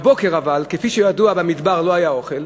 אבל בבוקר, כפי שידוע, במדבר לא היה אוכל.